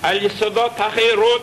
על יסודות החירות,